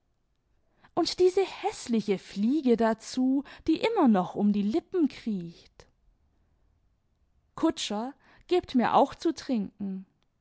und diese häßliche fliege dazu die immer noch um die lippen kriecht kutscher gebt mir auch zu trinken